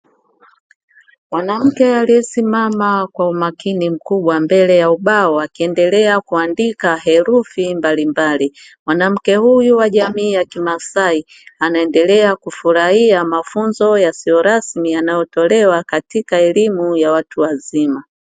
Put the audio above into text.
Mwanamke aliyesimama kwa umakini mkubwa mbele ya ubao akiendelea kuandika herufi mbalimbali, mwanamke huyu wa jamii ya kimasai anaendelea kufurahia mafunzo yasiyo rasmi yanayotolewa katika elimu ya watu wazima.